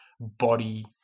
body